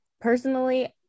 personally